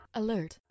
alert